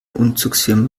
umzugsfirma